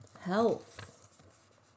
Health